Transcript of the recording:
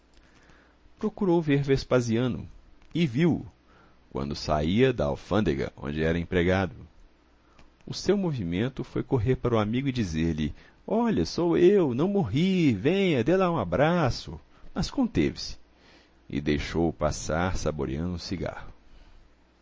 procurou ver vespasiano e viu-o quando saía da alfândega onde era empregado o seu movimento foi correr para o amigo e dizer-lhe olha sou eu não morri venha de lá um abraço mas conteve-se e deixou-o passar saboreando um cigarro